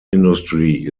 industry